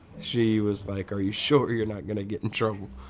she was like, are you sure you're not gonna get in trouble?